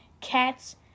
Cats